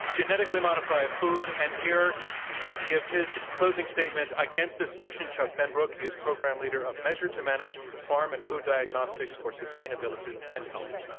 genetically modify food. and here to give his closing statement against this motion, chuck benbrook. he is program leader of measure to manage farm and food diagnostics for sustainability and health.